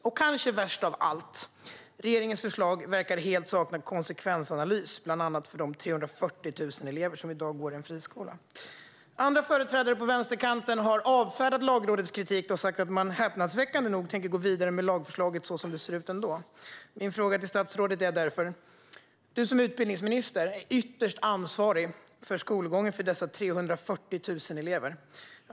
Och kanske värst av allt: Regeringens förslag verkar helt sakna konsekvensanalys, bland annat för de 340 000 elever som i dag går i en friskola. Andra företrädare på vänsterkanten har avfärdat Lagrådets kritik och häpnadsväckande nog sagt att de ändå tänker gå vidare med lagförslaget så som det ser ut. Jag har därför en fråga till statsrådet. Som utbildningsminister är du ytterst ansvarig för skolgången för dessa 340 000 elever.